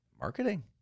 marketing